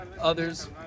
others